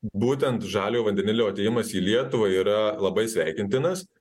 būtent žaliojo vandenilio atėjimas į lietuvą yra labai sveikintinas